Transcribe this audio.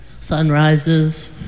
Sunrises